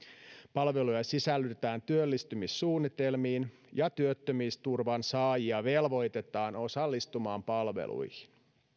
palveluja sisällytetään työllistymissuunnitelmiin ja työttömyysturvan saajia velvoitetaan osallistumaan palveluihin